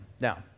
Now